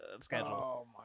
schedule